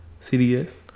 CDS